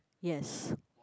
yes